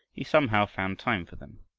he somehow found time for them.